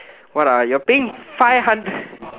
what ah you're paying five hundred